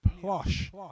plush